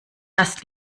das